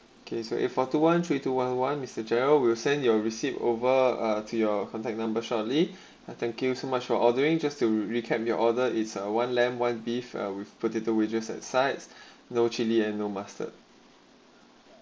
case with a four to one three to one one mister gerald will send your received over uh to your contact number shortly I thank you so much for ordering just to recap their order it's one lamp one beef with potato wages at sites no chili and no mastered